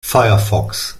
firefox